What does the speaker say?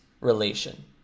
relation